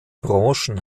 branchen